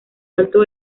alto